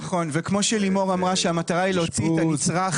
כי אם ההגדרה תיכתב נכון מטרת המועצה הלאומית לפוסט טראומה,